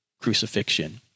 crucifixion